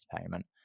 payment